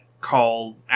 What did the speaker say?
call